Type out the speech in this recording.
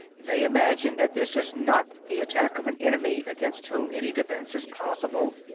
they imagine that this is not the attack of an enemy against whom any defense is possible,